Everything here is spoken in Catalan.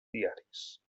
diaris